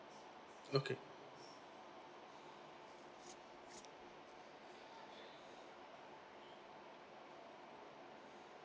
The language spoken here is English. okay